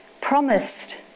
promised